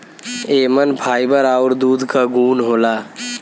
एमन फाइबर आउर दूध क गुन होला